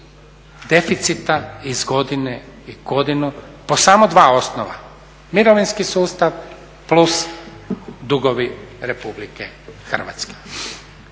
deficita iz godine u godinu po samo dva osnova, mirovinski sustava plus dugovi RH.